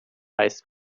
ice